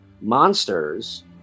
monsters